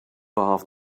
half